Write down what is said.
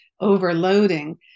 overloading